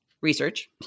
research